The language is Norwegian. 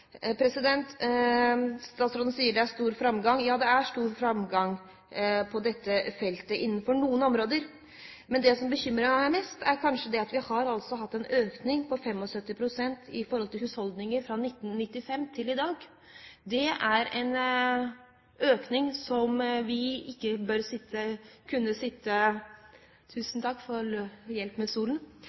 Statsråden sier det er stor framgang. Ja, det er stor framgang på dette feltet innenfor noen områder. Men det som bekymrer meg mest, er kanskje at vi har hatt en økning på 75 pst. i husholdningene fra 1995 og fram til i dag. Det er en økning vi ikke bare kan sitte stille og se på. For